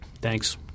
thanks